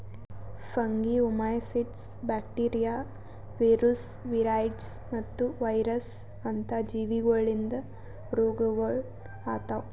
fungi, oomycetes, bacteria, viruses, viroids ಮತ್ತ virus ಅಂತ ಜೀವಿಗೊಳಿಂದ್ ರೋಗಗೊಳ್ ಆತವ್